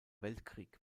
weltkrieg